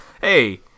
hey